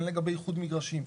הן לגבי איחוד מגרשים.